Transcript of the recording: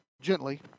gently